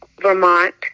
Vermont